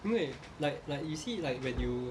因为 like like you see like when you